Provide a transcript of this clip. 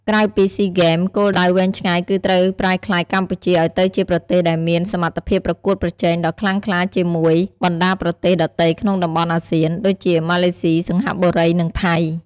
ក្រៅពីស៊ីហ្គេម គោលដៅវែងឆ្ងាយគឺត្រូវប្រែក្លាយកម្ពុជាឱ្យទៅជាប្រទេសដែលមានសមត្ថភាពប្រកួតប្រជែងដ៏ខ្លាំងក្លាជាមួយបណ្តាប្រទេសដទៃក្នុងតំបន់អាស៊ាន ដូចជាម៉ាឡេស៊ី សិង្ហបុរី និងថៃ។